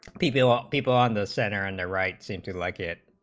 people ah people on the center and the right seem to like it